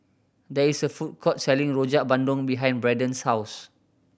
there is a food court selling Rojak Bandung behind Braden's house